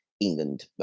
England